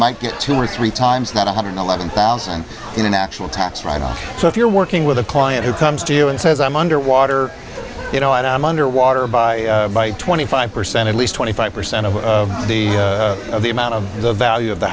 might get two or three times not one hundred eleven thousand in an actual tax write off so if you're working with a client who comes to you and says i'm underwater you know out i'm underwater by by twenty five percent at least twenty five percent of the of the amount of the value of the